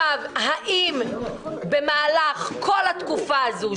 האם במהלך כל התקופה הזו,